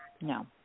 no